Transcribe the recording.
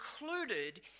included